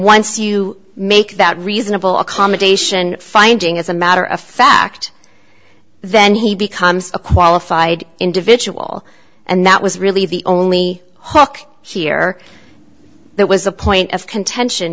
once you make that reasonable accommodation finding as a matter of fact then he becomes a qualified individual and that was really the only hauke here that was a point of contention